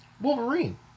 Wolverine